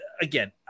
again